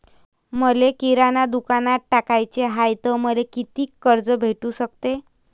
मले किराणा दुकानात टाकाचे हाय तर मले कितीक कर्ज भेटू सकते?